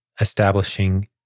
establishing